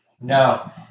No